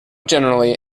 generally